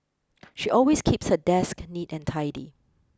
she always keeps her desk neat and tidy